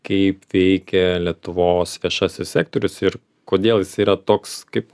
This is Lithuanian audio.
kaip veikia lietuvos viešasis sektorius ir kodėl jis yra toks kaip